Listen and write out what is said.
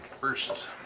first